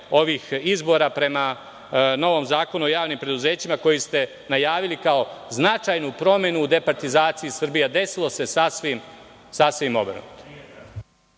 ovih izbora prema novom Zakonu o javnim preduzećima najavili kao značajnu promenu departizacije Srbije, a desilo se nešto obrnuto.